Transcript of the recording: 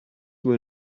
will